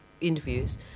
interviews